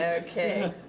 ah okay,